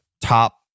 top